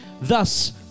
thus